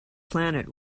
planet